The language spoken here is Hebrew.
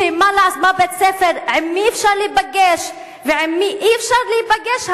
עם מי אפשר להיפגש ועם מי אי-אפשר להיפגש,